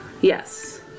Yes